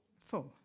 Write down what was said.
Four